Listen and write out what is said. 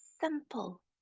simple